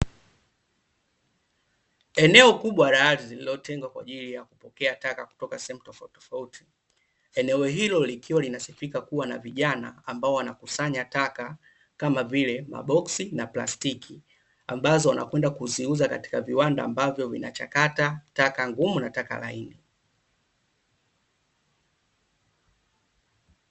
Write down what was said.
Eneo kubwa la ardhi lililotengwa kwa ajili ya kupokea taka kutoka sehemu tofauti tofauti. Eneo hilo likiwa linasifika kuwa na vijana ambao wanakusanya taka kama vile: maboxsi na plastiki, ambazo wanakwenda kuziuza katika viwanda ambavyo vinachakata taka ngumu na laini.